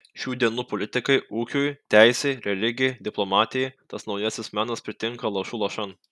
šių dienų politikai ūkiui teisei religijai diplomatijai tas naujasis menas pritinka lašu lašan